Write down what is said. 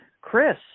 Chris